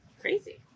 crazy